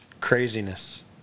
Craziness